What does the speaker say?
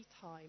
time